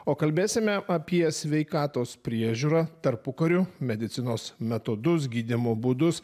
o kalbėsime apie sveikatos priežiūrą tarpukariu medicinos metodus gydymo būdus